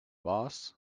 boss